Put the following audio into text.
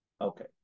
Okay